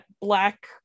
black